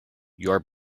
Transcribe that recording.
your